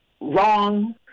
wrong